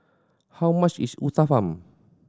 how much is Uthapam